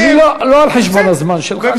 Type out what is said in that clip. לא על חשבון הזמן שלך.